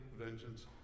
vengeance